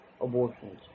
abortions